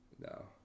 No